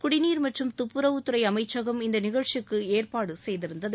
குடிநீர் மற்றும் துப்புறவுத் துறை அமைச்சகம் இந்த நிகழ்ச்சிக்கு ஏற்பாடு செய்திருந்தது